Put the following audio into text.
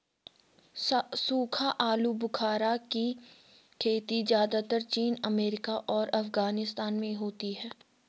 सूखा आलूबुखारा की खेती ज़्यादातर चीन अमेरिका और अफगानिस्तान में होती है